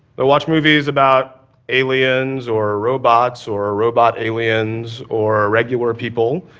they'll watch movies about aliens or robots, or robot aliens or regular people.